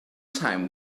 time